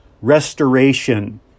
restoration